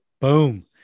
Boom